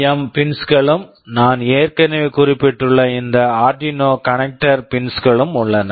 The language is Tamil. எம் PWM பின்ஸ் pins களும் நான் ஏற்கனவே குறிப்பிட்டுள்ள இந்த Arduino Arduino connector connector pins pins களும் உள்ளன